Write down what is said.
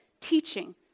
teaching